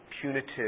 punitive